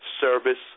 service